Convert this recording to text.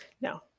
No